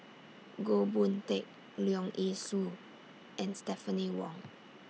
Goh Boon Teck Leong Yee Soo and Stephanie Wong